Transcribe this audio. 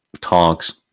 talks